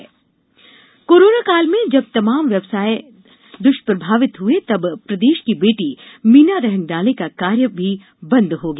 अच्छी खबर कोरोनाकाल में जब तमाम व्यवसाय द्वष्प्रभावित हुए तब प्रदेश की बेटी मीना रहंगडाले का कार्य भी बंद हो गया